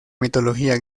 mitología